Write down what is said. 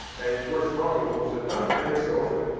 and it works marvelous most of the time. and every so often,